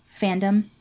fandom